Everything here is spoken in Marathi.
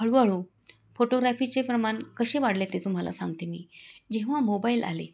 हळूहळू फोटोग्राफीचे प्रमाण कसे वाढले ते तुम्हाला सांगते मी जेव्हा मोबाईल आले